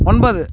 ஒன்பது